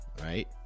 right